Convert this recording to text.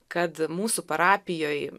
kad mūsų parapijoj